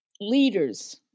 leaders